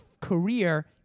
career